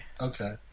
okay